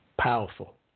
powerful